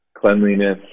Cleanliness